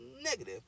negative